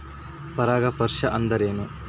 ಪರಾಗಸ್ಪರ್ಶ ಅಂದರೇನು?